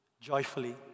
joyfully